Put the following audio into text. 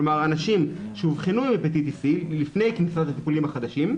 כלומר אנשים שאובחנו עם הפטיטיס סי לפני כניסת הטיפולים החדשים.